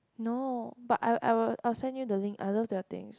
no but I will I will I will send you the link I love their things